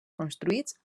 construïts